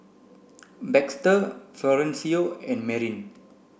Baxter Florencio and Marin